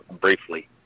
briefly